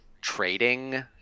trading